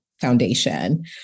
foundation